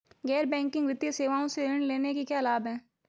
गैर बैंकिंग वित्तीय सेवाओं से ऋण लेने के क्या लाभ हैं?